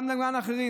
גם למען אחרים.